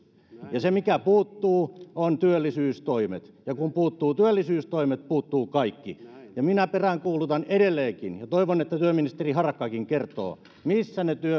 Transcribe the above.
ja se mikä puuttuu on työllisyystoimet ja kun puuttuu työllisyystoimet puuttuu kaikki minä peräänkuulutan edelleenkin sitä ja toivon että työministeri harakkakin kertoo sen missä ne